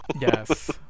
yes